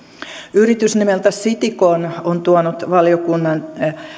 yritys nimeltä citycon on tuonut